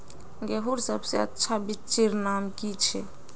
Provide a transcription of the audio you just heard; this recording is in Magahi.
गेहूँर सबसे अच्छा बिच्चीर नाम की छे?